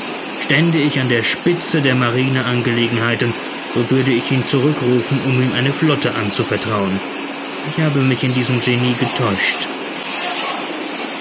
stände ich an der spitze der marineangelegenheiten so würde ich ihn zurückrufen um ihm eine flotte anzuvertrauen ich habe mich in diesem genie getäuscht